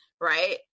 right